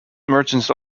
merchants